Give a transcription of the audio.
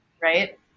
right